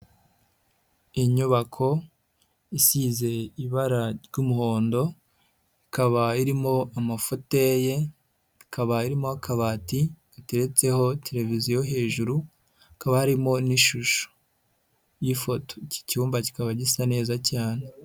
Inyubako isize ibara ry'umuhondo, ikaba irimo amafuteye, hakaba harimo akabati gateretseho televiziyo, hejuru hakaba harimo n'ishusho y'ifoto, iki cyumba kikaba gisa neza cyane.